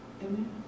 Amen